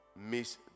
miss